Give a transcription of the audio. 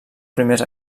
primers